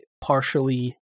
partially